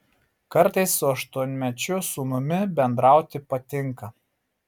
kartais su aštuonmečiu sūnumi bendrauti patinka